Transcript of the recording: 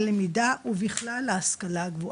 הלמידה ובכלל ההשכלה הגבוהה.